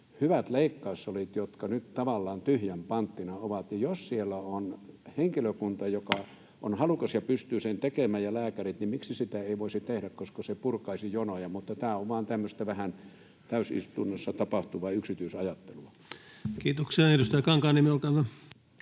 hyvät leikkaussalit, jotka nyt tavallaan tyhjän panttina ovat, ja jos siellä on henkilökunta, joka on halukas ja pystyy sen tekemään ja lääkärit, niin miksi sitä ei voisi tehdä, koska se purkaisi jonoja? Mutta tämä on vain tämmöistä vähän täysistunnossa tapahtuvaa yksityisajattelua. [Speech 118] Speaker: Ensimmäinen